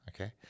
okay